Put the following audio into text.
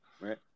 right